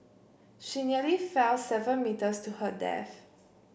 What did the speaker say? she nearly fell seven metres to her death